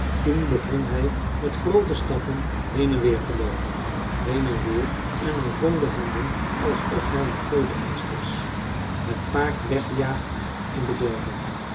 toen begon hij met groote stappen heen en weer te loopen heen en weer en hij wrong de handen alsof hij in grooten angst was het paard weggejaagd en bedorven